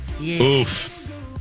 Oof